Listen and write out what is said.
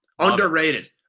underrated